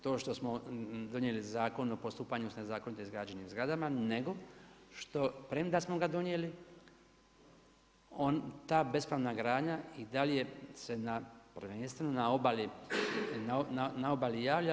To što smo donijeli Zakon o postupanju sa nezakonito izgrađenim zgradama nego što, premda smo ga donijeli ta bespravna gradnja se i dalje prvenstveno na obali javlja.